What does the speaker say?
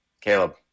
Caleb